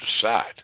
decide